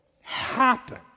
happen